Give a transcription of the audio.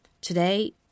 Today